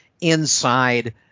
inside